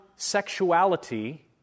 sexuality